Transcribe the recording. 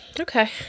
Okay